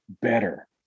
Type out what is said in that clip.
better